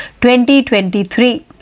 2023